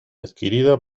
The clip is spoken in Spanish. adquirida